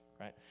right